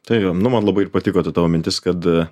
tai nu man labai ir patiko ta tavo mintis kad